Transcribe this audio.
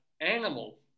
animal